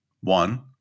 One